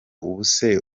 ubuse